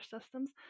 systems